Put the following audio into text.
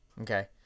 Okay